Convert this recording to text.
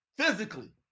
physically